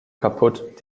kaputt